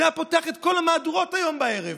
זה היה פותח את כל המהדורות היום בערב.